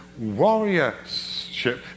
warriorship